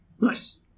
Nice